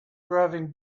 grubbing